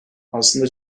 aslında